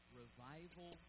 revival